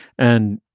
and,